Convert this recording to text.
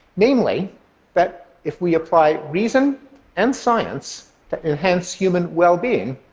namely that if we apply reason and science that enhance human well-being,